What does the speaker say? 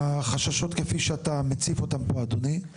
מהחששות כפי שאתה מציף אותם פה, אדוני;